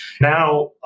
Now